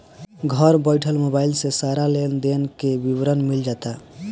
घर बइठल मोबाइल से सारा लेन देन के विवरण मिल जाता